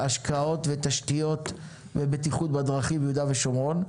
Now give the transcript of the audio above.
של השקעות בתשתיות ובטיחות בדרכים ביהודה ושומרון.